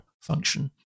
function